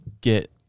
get